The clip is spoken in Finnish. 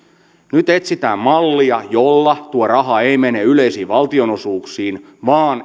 nyt etsitään mallia jolla tuo raha ei mene yleisiin valtionosuuksiin vaan